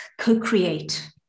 co-create